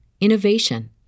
innovation